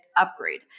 upgrade